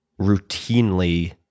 routinely